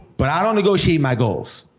but i don't negotiate my goals.